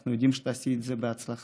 אנחנו יודעים שתעשי את זה בהצלחה,